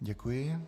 Děkuji.